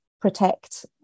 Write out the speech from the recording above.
protect